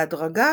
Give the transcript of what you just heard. בהדרגה